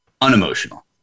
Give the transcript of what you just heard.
unemotional